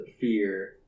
Fear